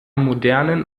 modernen